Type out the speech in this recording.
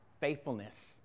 faithfulness